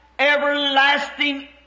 Everlasting